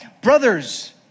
brothers